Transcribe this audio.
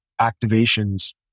activations